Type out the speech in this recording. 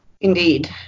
Indeed